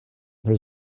there